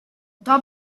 top